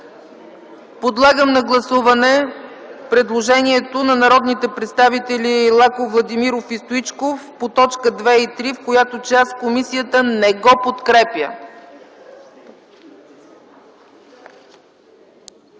Подлагам на гласуване предложението на народните представители Лаков, Владимиров и Стоичков по точки 2 и 3, в която част комисията не го подкрепя.